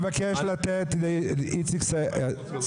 גברת, אני מבטיח לך שמיד